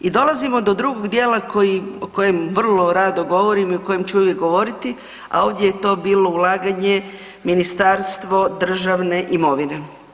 I dolazimo do drugog dijela koji, o kojem vrlo rado govorim i o kojem ću uvijek govoriti, a ovdje je to bilo ulaganje Ministarstvo državne imovine.